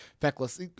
feckless